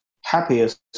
happiest